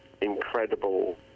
incredible